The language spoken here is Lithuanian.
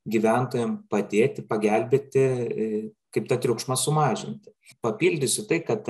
gyventojam padėti pagelbėti kaip tą triukšmą sumažinti papildysiu tai kad